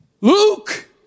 Luke